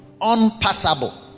unpassable